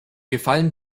gefallen